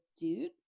dude